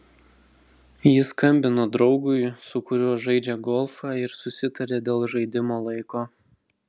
jis skambino draugui su kuriuo žaidžia golfą ir susitarė dėl žaidimo laiko